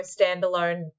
standalone